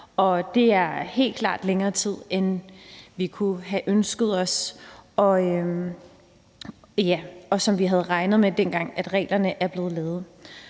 det er helt klare længere tid, end vi kunne have ønsket os, og som vi havde regnet med, dengang reglerne blev lavet.